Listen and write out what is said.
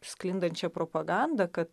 sklindančią propagandą kad